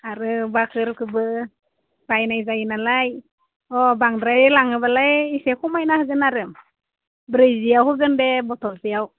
आरो बाखोरखोबो बायनाय जायो नालाय अ बांद्राय लाङोब्लालाय एसे खमायना होगोन आरो ब्रैजियाव होगोन दे बथलसेयाव